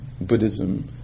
Buddhism